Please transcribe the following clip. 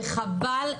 וחבל.